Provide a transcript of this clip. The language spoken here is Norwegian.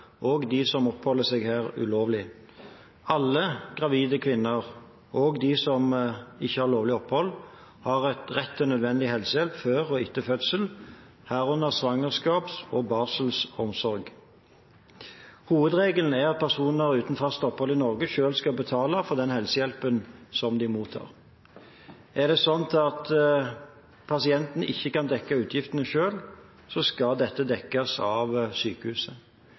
de som oppholder seg her ulovlig. Alle gravide kvinner, også de som ikke har lovlig opphold, har rett til nødvendig helsehjelp før og etter fødselen, herunder svangerskaps- og barselomsorg. Hovedregelen er at personer uten fast opphold i Norge selv skal betale for helsehjelpen de mottar. Er det sånn at pasientene ikke kan dekke utgiftene selv, skal de dekkes av sykehuset.